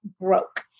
broke